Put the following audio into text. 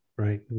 right